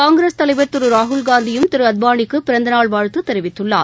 காங்கிரஸ் தலைவா் திரு ராகுல்காந்தியும் திரு அத்வாளிக்கு பிறந்த நாள் வாழ்த்து தெரிவித்துள்ளார்